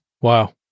Wow